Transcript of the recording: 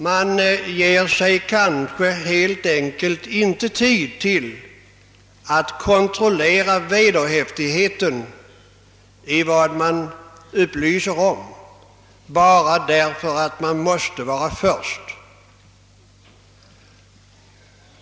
Man ger sig kanske helt enkelt inte tid till att kontrollera vederhäftigheten i vad man upplyser om, bara därför att man måste vara först med nyheten.